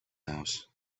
house